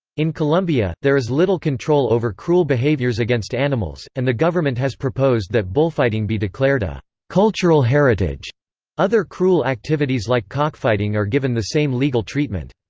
in colombia, there is little control over cruel behaviors against animals, and the government has proposed that bullfighting be declared a cultural heritage other cruel activities like cockfighting are given the same legal treatment.